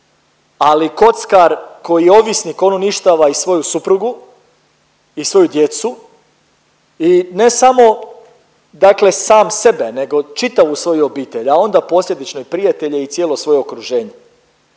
ali kockar koji je ovisnik on uništava i svoju suprugu i svoju djecu i ne samo dakle sam sebe nego čitavu svoju obitelj, a onda posljedično i prijatelje i cijelo svoje okruženje